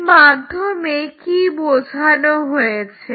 এর মাধ্যমে কি বোঝানো হয়েছে